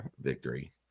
victory